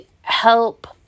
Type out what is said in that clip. help